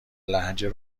لهجه